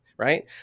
Right